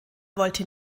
wollte